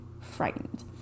frightened